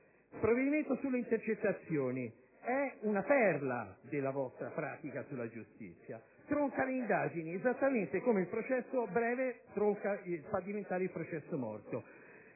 provvedimento sulle intercettazioni è una perla della vostra pratica sulla giustizia. Esso tronca le indagini, esattamente come il processo breve lo fa diventare un processo morto.